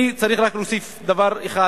אני צריך רק להוסיף דבר אחד